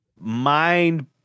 mind